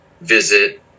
visit